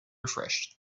refreshed